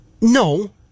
No